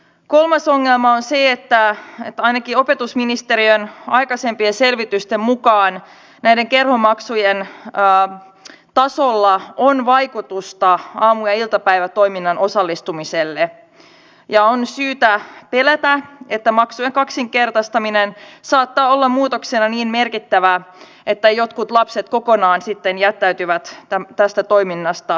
kolmas ongelma on se että ainakin opetusministeriön aikaisempien selvitysten mukaan näiden kerhomaksujen tasolla on vaikutusta aamu ja iltapäivätoimintaan osallistumiseen ja on syytä pelätä että maksujen kaksinkertaistaminen saattaa olla muutoksena niin merkittävä että jotkut lapset kokonaan sitten jättäytyvät tästä toiminnasta pois